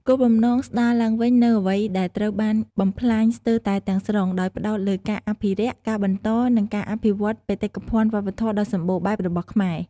គោលបំណងស្តារឡើងវិញនូវអ្វីដែលត្រូវបានបំផ្លាញស្ទើរតែទាំងស្រុង ដោយផ្តោតលើការអភិរក្ស ការបន្ត និងការអភិវឌ្ឍន៍បេតិកភណ្ឌវប្បធម៌ដ៏សម្បូរបែបរបស់ខ្មែរ។